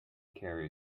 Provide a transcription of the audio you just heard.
carry